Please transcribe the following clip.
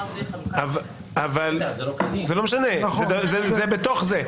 זה בתוך זה.